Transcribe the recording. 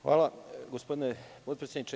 Hvala, gospodine potpredsedniče.